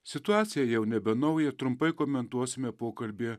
situacija jau nebenauja trumpai komentuosime pokalbį